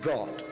God